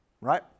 Right